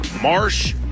Marsh